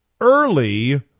early